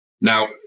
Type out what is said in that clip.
Now